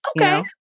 Okay